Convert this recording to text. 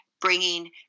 bringing